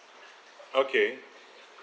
okay